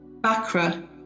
Bakra